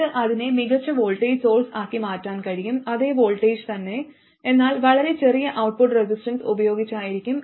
എന്നിട്ട് അതിനെ മികച്ച വോൾട്ടേജ് സോഴ്സ് ആക്കി മാറ്റാൻ കഴിയും അതേ വോൾട്ടേജ് തന്നെ എന്നാൽ വളരെ ചെറിയ ഔട്ട്പുട്ട് റെസിസ്റ്റൻസ് ഉപയോഗിച്ചായിരിക്കും